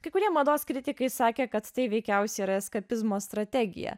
kai kurie mados kritikai sakė kad tai veikiausiai yra eskapizmo strategija